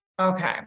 Okay